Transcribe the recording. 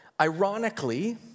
Ironically